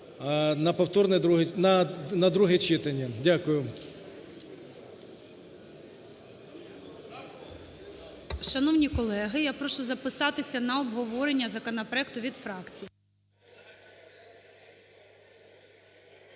на друге читання. Дякую.